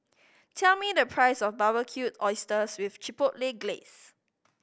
tell me the price of Barbecued Oysters with Chipotle Glaze